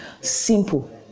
Simple